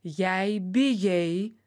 jei bijai